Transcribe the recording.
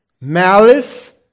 malice